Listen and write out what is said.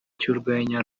cy’urwenya